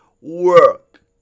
work